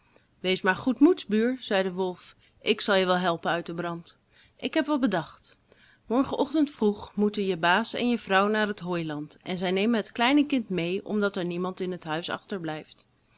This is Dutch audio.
wees maar goedmoeds buur zei de wolf ik zal je wel helpen uit den brand ik heb wat bedacht morgen ochtend vroeg moeten je baas en je vrouw naar het hooiland en zij nemen het kleine kind mee omdat er niemand in huis achterblijft